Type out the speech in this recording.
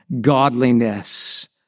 godliness